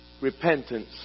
repentance